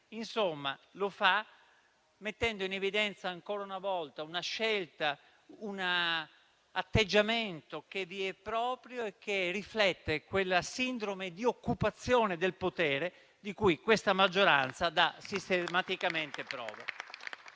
Insomma, lo fa mettendo in evidenza, ancora una volta, una scelta e un atteggiamento che vi è proprio e che riflette quella sindrome di occupazione del potere di cui questa maggioranza dà sistematicamente prova.